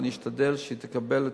ואני אשתדל שהיא תקבל,